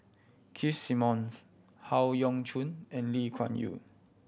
Keith Simmons Howe Yoon Chong and Lee Kuan Yew